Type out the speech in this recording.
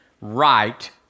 right